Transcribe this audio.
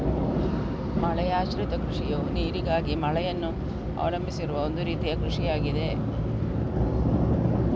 ಮಳೆಯಾಶ್ರಿತ ಕೃಷಿಯು ನೀರಿಗಾಗಿ ಮಳೆಯನ್ನು ಅವಲಂಬಿಸಿರುವ ಒಂದು ರೀತಿಯ ಕೃಷಿಯಾಗಿದೆ